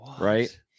right